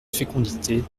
fécondité